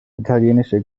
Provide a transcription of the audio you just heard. italienische